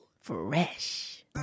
Fresh